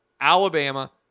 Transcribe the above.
Alabama